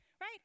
right